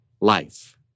life